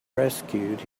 rescued